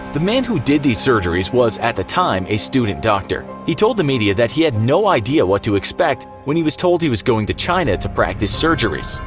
the man who did these surgeries was at the time a student doctor. he told the media that he'd had no idea what to expect when he was told he was going to china to practice surgeries.